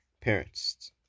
parents